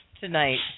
tonight